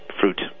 fruit